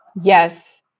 yes